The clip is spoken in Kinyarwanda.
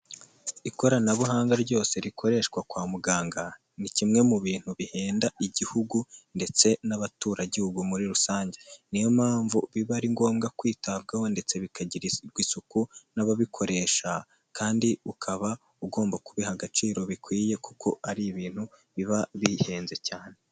Ikoranabuhanga ryose rikoreshwa kwa muganga, ni kimwe mu bintu bihenda igihugu ndetse n'abaturagihugu muri rusange, niyo mpamvu biba ari ngombwa kwitabwaho ndetse bikagirirwa isuku n'ababikoresha kandi ukaba ugomba kubiha agaciro bikwiye kuko ari ibintu biba bihenze cyane.